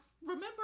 Remember